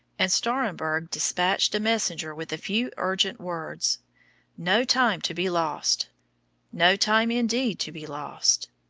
and stahremberg despatched a messenger with a few urgent words no time to be lost no time indeed to be lost!